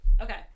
okay